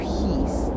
peace